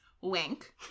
wink